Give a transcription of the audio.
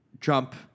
Trump